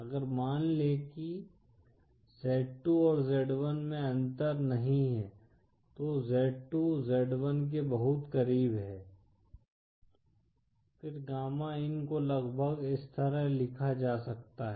अगर मान लें कि z2 और z1 में अंतर नहीं हैं तो z2 z1 के बहुत करीब है फिर गामा इन को लगभग इस तरह लिखा जा सकता है